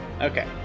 Okay